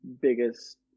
biggest